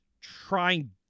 trying